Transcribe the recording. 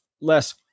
less